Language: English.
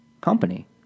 company